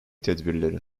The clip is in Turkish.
tedbirleri